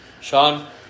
Sean